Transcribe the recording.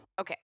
Okay